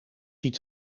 ziet